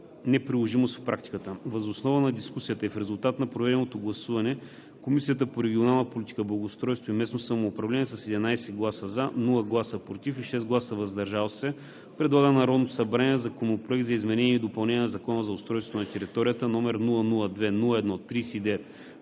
неприложимост в практиката. Въз основа на дискусията и в резултат на проведеното гласуване, Комисията по регионална политика, благоустройство и местно самоуправление, с 11 гласа „за“, без „против“ и 6 гласа „въздържал се“, предлага на Народното събрание Законопроект за изменение и допълнение на Закона за устройство на територията, № 002-01-39,